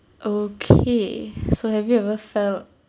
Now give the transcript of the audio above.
okay so have you ever felt